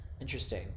Interesting